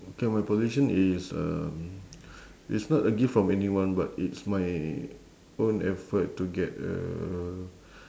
okay my possession is um it's not a gift from anyone but it's my own effort to get a